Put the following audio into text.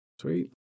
sweet